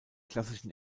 klassischen